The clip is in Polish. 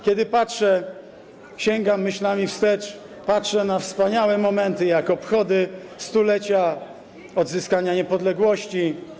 Kiedy patrzę, sięgam myślami wstecz, patrzę na wspaniałe momenty, takie jak obchody stulecia odzyskania niepodległości.